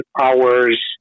hours